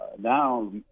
now